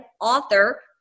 author